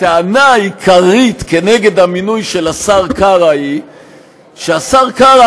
הטענה העיקרית נגד המינוי של השר קרא היא שהשר קרא,